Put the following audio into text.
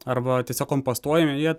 arba tiesiog kompostuojami jie